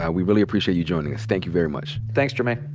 ah we really appreciate you joining us. thank you very much. thanks, trymaine.